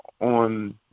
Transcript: on